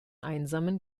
einsamen